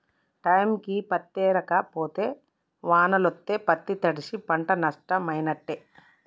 టైంకి పత్తేరక పోతే వానలొస్తే పత్తి తడ్సి పంట నట్టమైనట్టే